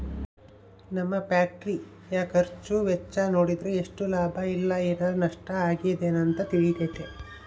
ನಮ್ಮ ಫ್ಯಾಕ್ಟರಿಯ ಖರ್ಚು ವೆಚ್ಚ ನೋಡಿದ್ರೆ ಎಷ್ಟು ಲಾಭ ಇಲ್ಲ ಏನಾರಾ ನಷ್ಟ ಆಗಿದೆನ ಅಂತ ತಿಳಿತತೆ